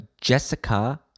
Jessica